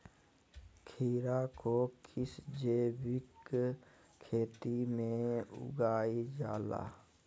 खीरा को किस जैविक खेती में उगाई जाला?